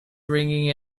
ringing